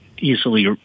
easily